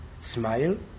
smile